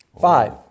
five